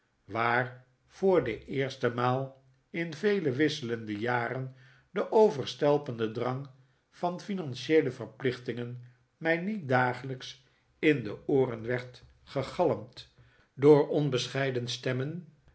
waar voor de eerste maal in vele wisselende jaren de overstelpende drang van financieele verplichtingen mij niet dagelijks in de ooren werd gegalmd door onbescheiden stemmen